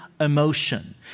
emotion